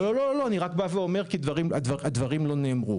לא, לא אני רק בא ואומר כי הדברים לא נאמרו.